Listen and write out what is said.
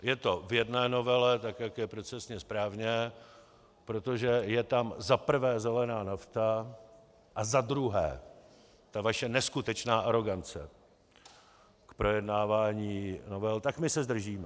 Je to v jedné novele, tak jak je procesně správně, protože je tam za prvé zelená nafta a za druhé ta vaše neskutečná arogance v projednávání novel, tak my se zdržíme.